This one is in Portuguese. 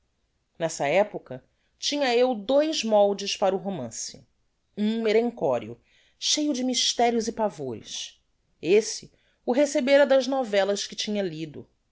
nessa epocha tinha eu dois moldes para o romance um merencorio cheio de mysterios e pavores esse o recebera das novellas que tinha lido